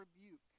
rebuke